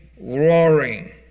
Roaring